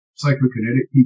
psychokinetic